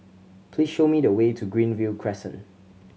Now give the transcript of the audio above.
please show me the way to Greenview Crescent